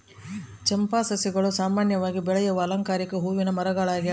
ಚಂಪಾ ಸಸ್ಯಗಳು ಸಾಮಾನ್ಯವಾಗಿ ಬೆಳೆಯುವ ಅಲಂಕಾರಿಕ ಹೂವಿನ ಮರಗಳಾಗ್ಯವ